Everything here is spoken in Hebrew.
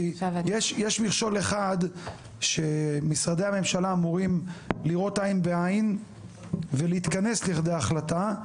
יש מכשול אחד שמשרדי הממשלה אמורים לראות עין בעין ולהתכנס לכדי החלטה.